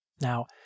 Now